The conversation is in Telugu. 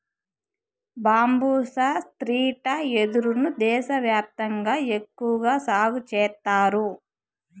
బంబూసా స్త్రిటా వెదురు ను దేశ వ్యాప్తంగా ఎక్కువగా సాగు చేత్తారు